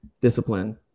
discipline